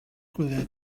gwyliau